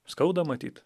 skauda matyt